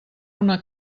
una